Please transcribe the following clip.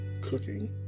cooking